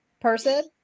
person